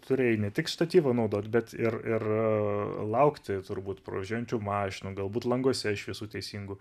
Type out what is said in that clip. turėjai ne tik štatyvą naudot bet ir ir laukti turbūt pravažiuojančių mašinų galbūt languose šviesų teisingų